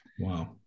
wow